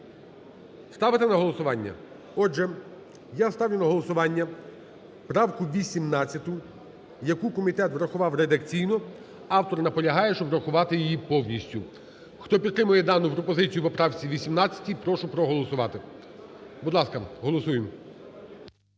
Ставити на голосування? Отже, я ставлю на голосування правку 18, яку комітет врахував редакційно. Автор наполягає, щоб врахувати її повністю. Хто підтримує дану пропозицію по правці 18, прошу проголосувати. Будь ласка, голосуємо.